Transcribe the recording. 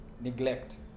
neglect